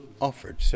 offered